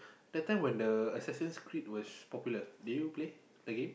that time when Assassin's Creed was popular did you play the game